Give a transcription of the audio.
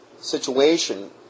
situation